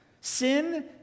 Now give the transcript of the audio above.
Sin